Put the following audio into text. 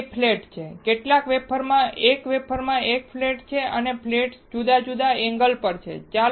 ત્યાં 2 ફ્લેટ છે કેટલાક વેફર માં 1 વેફરમાં 1 ફ્લેટ છે અને ફ્લેટ્સ જુદા જુદા એંગલ પર છે